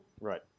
Right